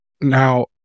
Now